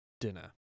dinner